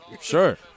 sure